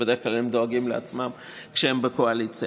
שבדרך כלל דואגות לעצמן כשהן בקואליציה.